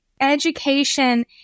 education